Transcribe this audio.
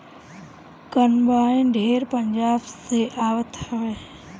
combine ढेर पंजाब से आवत हवे